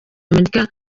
amerika